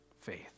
faith